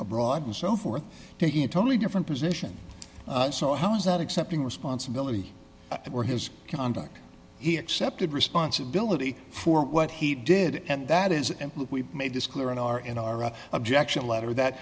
abroad and so forth taking a totally different position so how does that accepting responsibility for his conduct he accepted responsibility for what he did and that is we made this clear in our in our objection letter that